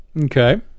Okay